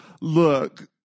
Look